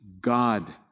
God